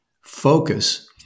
focus